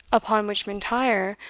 upon which m'intyre,